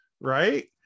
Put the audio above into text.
right